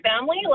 family